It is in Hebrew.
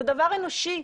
זה דבר אנושי.